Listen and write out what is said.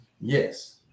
Yes